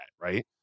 right